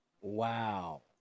Wow